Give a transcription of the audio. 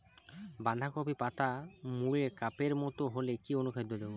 বাঁধাকপির পাতা মুড়ে কাপের মতো হলে কি অনুখাদ্য দেবো?